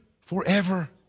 forever